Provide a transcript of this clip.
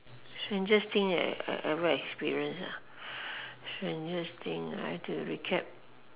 strangest thing I have ever experience strangest thing I have to recap